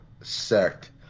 sect